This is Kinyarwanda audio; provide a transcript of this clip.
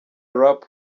rap